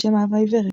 בשם "אהבה עיוורת".